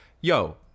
yo